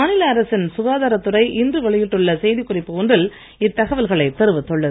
மாநில அரசின் சுகாதாரத் துறை இன்று வெளியிட்டுள்ள செய்திக்குறிப்பு ஒன்றில் இத்தகவல்களைத் தெரிவித்துள்ளது